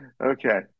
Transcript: Okay